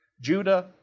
Judah